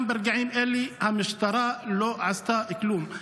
גם ברגעים אלה המשטרה לא עשתה כלום.